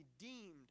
redeemed